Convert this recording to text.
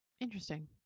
Interesting